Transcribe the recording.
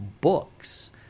books